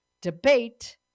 debate